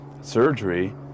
Surgery